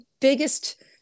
biggest